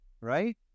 right